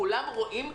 כולם רואים.